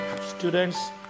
Students